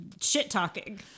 shit-talking